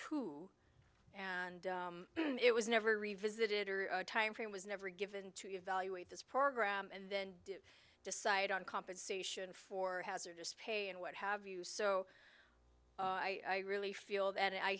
two and it was never revisited or timeframe was never given to evaluate this program and then decide on compensation for hazardous pay and what have you so i really feel that i